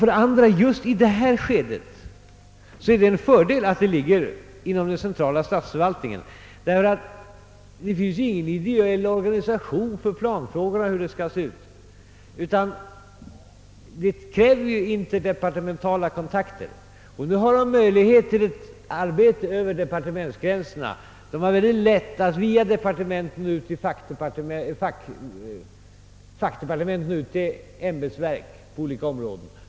För det andra är det just i detta skede en fördel att det ligger inom den centrala statsförvaltningen. Det finns ju ingen individuell organisation för planfrågorna, utan det krävs interdepartementala kontakter, och då finns det möjlighet till ett arbete över departementsgränserna; det är lätt att via fackdepartementen nå ut till ämbetsverk på olika områden.